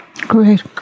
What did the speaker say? Great